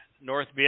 North